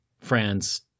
France